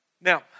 Now